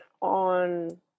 on